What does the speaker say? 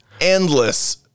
endless